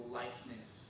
likeness